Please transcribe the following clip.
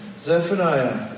Zephaniah